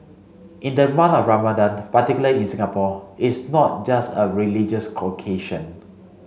in the month of Ramadan particularly in Singapore is not just a religious occasion